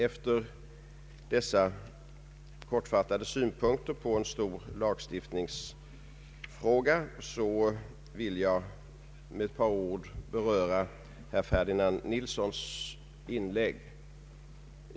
Efter dessa kortfattade synpunkter på en stor lagstiftningsfråga vill jag med några ord beröra herr Ferdinand Nilssons inlägg.